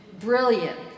Brilliant